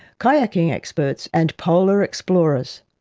kayaking experts and polar explorers.